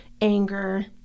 anger